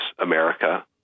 America